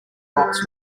rocks